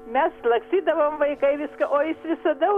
mes lakstydavom vaikai viską o jis visada užsiėmęs